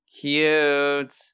Cute